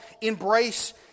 embrace